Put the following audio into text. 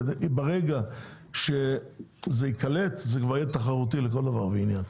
ברגע שזה ייקלט זה כבר יהיה תחרותי לכל דבר ועניין.